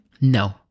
No